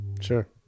sure